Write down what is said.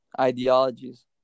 ideologies